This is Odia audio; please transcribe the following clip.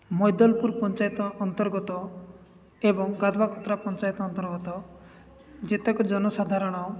ମୈଦଲପୁର ପଞ୍ଚାୟତ ଅନ୍ତର୍ଗତ ଏବଂ ଗାଧବାକତ୍ରା ପଞ୍ଚାୟତ ଅନ୍ତର୍ଗତ ଯେତେକ ଜନସାଧାରଣ